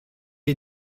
est